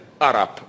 Arab